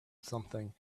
something